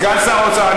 סגן שר האוצר.